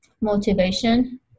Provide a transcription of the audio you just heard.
motivation